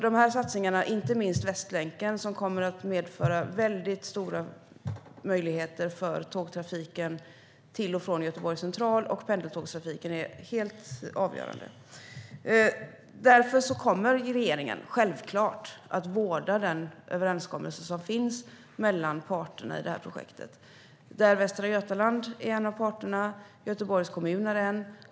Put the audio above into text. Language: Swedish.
De här satsningarna, inte minst Västlänken, som kommer att innebära stora möjligheter för tågtrafiken till och från Göteborgs central och för pendeltågstrafiken, är helt avgörande. Därför kommer regeringen självklart att vårda den överenskommelse som finns mellan parterna i det här projektet. Västra Götaland är en av parterna. Göteborgs kommun är en.